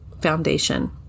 foundation